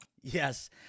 Yes